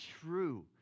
true